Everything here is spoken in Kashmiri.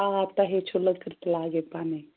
آ تۄہے چھو لٔکٕر تہِ لاگٕنۍ پنٕنۍ